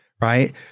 right